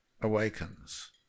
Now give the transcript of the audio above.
awakens